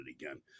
again